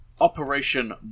Operation